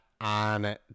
on